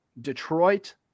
Detroit